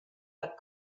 but